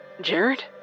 Jared